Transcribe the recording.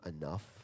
enough